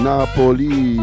Napoli